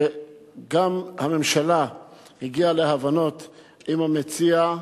גם הממשלה הגיעה להבנות עם המציע.